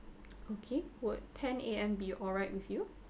okay would ten A_M be alright with you